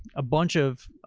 a bunch of,